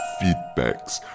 feedbacks